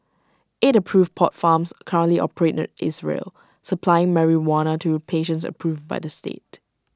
eight approved pot farms currently operate in Israel supplying marijuana to patients approved by the state